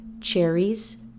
cherries